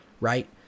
right